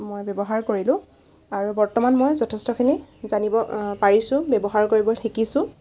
মই ব্যৱহাৰ কৰিলো আৰু বৰ্তমান মই যথেষ্টখিনি জানিব পাৰিছোঁ ব্যৱহাৰ কৰিব শিকিছোঁ